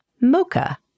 mocha